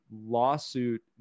lawsuit